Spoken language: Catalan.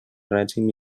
règim